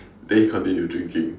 then he continued drinking